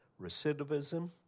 recidivism